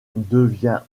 devient